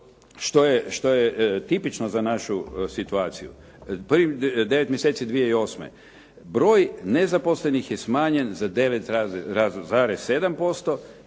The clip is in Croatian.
što je tipično za našu situaciju, prvih devet mjeseci 2008. broj nezaposlenih je smanjen za 9,7%